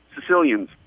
Sicilians